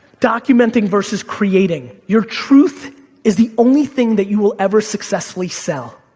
documenting versus creating. your truth is the only thing that you will ever successfully sell.